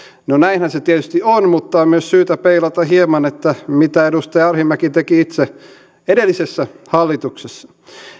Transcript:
no näinhän se tietysti on mutta on myös syytä peilata hieman mitä edustaja arhinmäki teki itse edellisessä hallituksessa